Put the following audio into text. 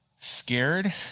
scared